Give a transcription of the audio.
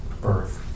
birth